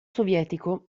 sovietico